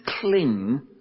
Cling